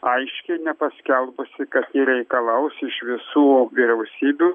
aiškiai nepaskelbusi kad ji reikalaus iš visų vyriausybių